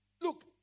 Look